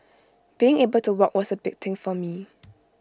being able to walk was A big thing for me